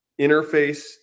interface